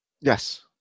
Yes